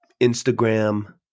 Instagram